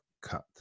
cut